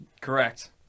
correct